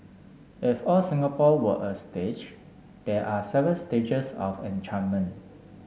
if all Singapore were a stage there are seven stages of enchantment